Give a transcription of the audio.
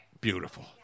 Beautiful